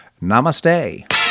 Namaste